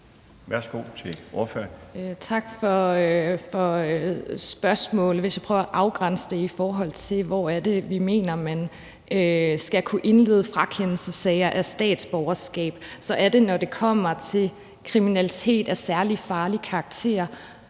Tak for spørgsmålet. Hvis jeg prøver at afgrænse, i forhold til hvor vi mener man skal kunne indlede frakendelsessager af statsborgerskab, så er det, når det kommer til kriminalitet af særlig farlig karakter: